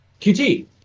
QT